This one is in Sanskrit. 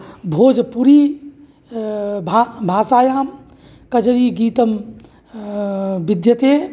भोजपुरी भा भाषायां कजरी गीतं विद्यते